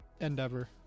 endeavor